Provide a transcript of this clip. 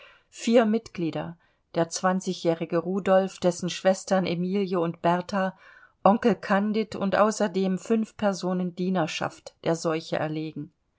vier mitglieder der zwanzigjährige rudolf dessen schwestern emilie und bertha onkel candid und außerdem fünf personen dienerschaft der seuche erlegen